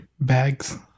Bags